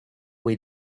way